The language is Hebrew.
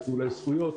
נטולי זכויות